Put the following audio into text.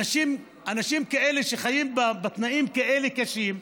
אנשים שחיים בתנאים כאלה קשים.